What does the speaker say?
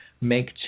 make